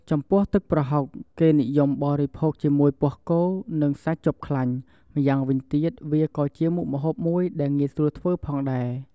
ចំពោះទឹកប្រហុក គេនិយមបរិភោគជាមួយពោះគោ និងសាច់ជាប់ខ្លាញ់ ម្យ៉ាងវិញទៀត វាក៏ជាមុខម្ហូបមួយដែលងាយស្រួលធ្វើផងដែរ។